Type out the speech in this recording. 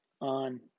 on